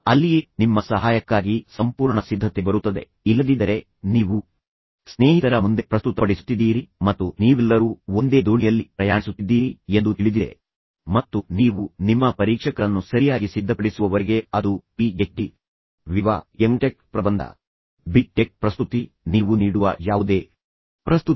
ಅಲ್ಲಿಯೇ ನಿಮ್ಮ ಸಹಾಯಕ್ಕಾಗಿ ಸಂಪೂರ್ಣ ಸಿದ್ಧತೆ ಬರುತ್ತದೆ ಇಲ್ಲದಿದ್ದರೆ ನೀವು ಸ್ನೇಹಿತರ ಮುಂದೆ ಪ್ರಸ್ತುತಪಡಿಸುತ್ತಿದ್ದೀರಿ ಮತ್ತು ನೀವೆಲ್ಲರೂ ಒಂದೇ ದೋಣಿಯಲ್ಲಿ ಪ್ರಯಾಣಿಸುತ್ತಿದ್ದೀರಿ ಎಂದು ತಿಳಿದಿದೆ ಮತ್ತು ನೀವು ನಿಮ್ಮ ಪರೀಕ್ಷಕರನ್ನು ಸರಿಯಾಗಿ ಸಿದ್ಧಪಡಿಸುವವರೆಗೆ ಅದು P HD viva M tech ಪ್ರಬಂಧ ಬಿ ಟೆಕ್ ಪ್ರಸ್ತುತಿ ನೀವು ನೀಡುವ ಯಾವುದೇ ಪ್ರಸ್ತುತಿ